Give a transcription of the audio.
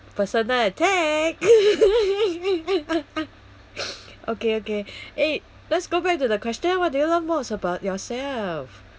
personal attack okay okay eh let's go back to the question what do you love most about yourself